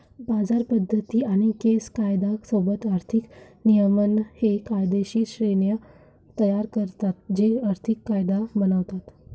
बाजार पद्धती आणि केस कायदा सोबत आर्थिक नियमन हे कायदेशीर श्रेण्या तयार करतात जे आर्थिक कायदा बनवतात